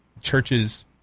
churches